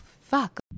fuck